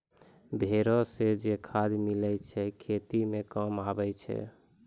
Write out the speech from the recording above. भेड़ो से जे खाद मिलै छै खेती मे काम आबै छै